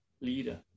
leader